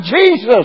Jesus